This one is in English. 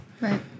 Right